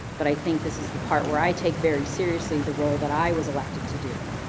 but i think this is the part where i take very seriously the role that i was elected to do,